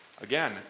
Again